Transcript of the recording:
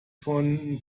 von